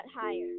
higher